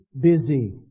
busy